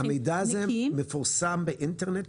והמידע הזה מפורסם באינטרנט?